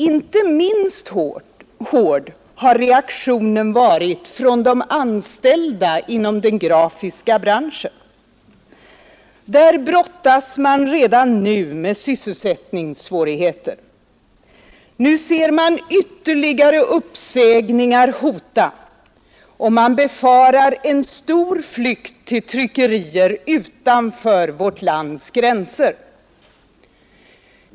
Inte minst hård har reaktionen varit från de anställda inom den grafiska branschen. Där brottas man redan med sysselsättningssvårigheter. Nu ser man ytterligare uppsägningar hota, och man befarar en stor flykt till tryckerier utanför vårt lands gränser.